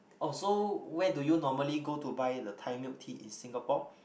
oh so where do you normally go to buy the Thai milk tea in Singapore